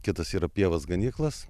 kitas yra pievas ganyklas